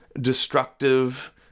destructive